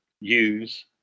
use